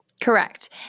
Correct